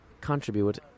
contribute